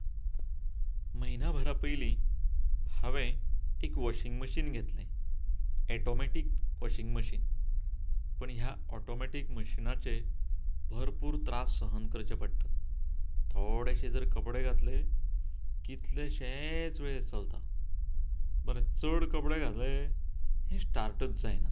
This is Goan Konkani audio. म्हयन्यां भरा पयलीं हांवें एक व्हॉशींग मशीन घेतलें एटॉमॅटीक व्हशींग मशीन पूण ह्या ऑटॉमॅटीक मशिनाचे भरपूर त्रास सहन करचें पडटा थोडेशें जर कपडे घातलें कितलेशेंच वेळ चलता परत चड कपडे घातलें की स्टार्टच जायना